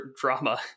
drama